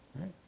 right